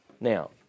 Now